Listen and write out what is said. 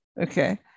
Okay